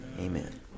amen